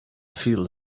feel